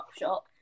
Topshop